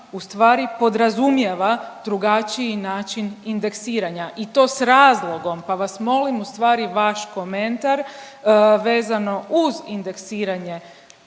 u stvari podrazumijeva drugačiji način indeksiranja i to s razlogom pa vas molim u stvari vaš komentar vezano uz indeksiranje